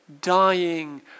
dying